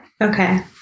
Okay